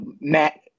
Matt